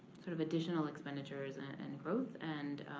sort of additional expenditures and and growth, and